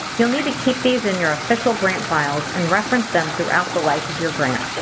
you'll need to keep these in your official grant files and reference them throughout the life of your grant.